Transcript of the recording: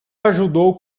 ajudou